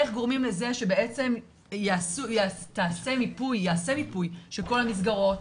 איך גורמים לזה שבעצם יעשה מיפוי של כל המסגרות?